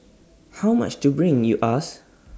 how much to bring you ask